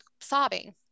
sobbing